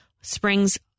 Springs